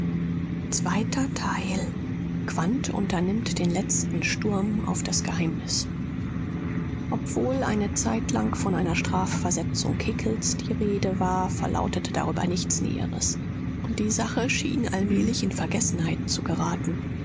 dankte quandt unternimmt den letzten sturm auf das geheimnis obwohl eine zeitlang von einer strafversetzung hickels die rede war verlautete darüber nichts näheres und die sache schien allmählich in vergessenheit zu geraten